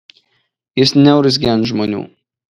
jis neurzgia ant žmonių